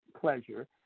pleasure